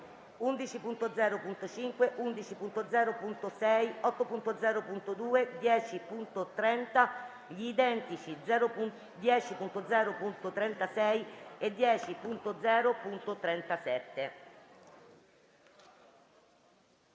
11.0.5, 11.0.6, 8.0.2, 10.30 e gli identici 10.0.36 e 10.0.37.